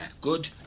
Good